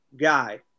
guy